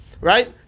right